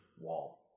wall